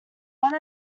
one